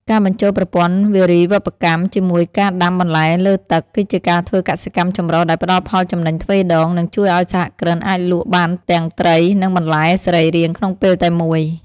ការបញ្ចូលប្រព័ន្ធវារីវប្បកម្មជាមួយការដាំបន្លែលើទឹក គឺជាការធ្វើកសិកម្មចម្រុះដែលផ្ដល់ផលចំណេញទ្វេដង និងជួយឱ្យសហគ្រិនអាចលក់បានទាំងត្រី និងបន្លែសរីរាង្គក្នុងពេលតែមួយ។